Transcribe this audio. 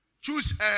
Choose